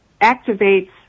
activates